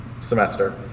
semester